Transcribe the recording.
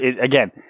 again